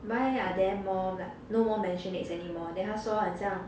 why are there more no more maisonettes anymore then 他说很像